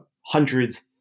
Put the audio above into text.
hundreds